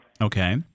Okay